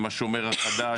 עם השומר החדש,